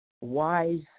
wise